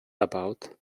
about